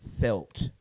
felt